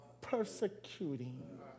persecuting